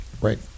Right